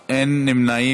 חייו של הנאשם שהורשע בדין.